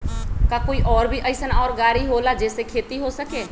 का कोई और भी अइसन और गाड़ी होला जे से खेती हो सके?